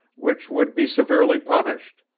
which would be severely punished.